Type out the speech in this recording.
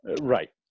Right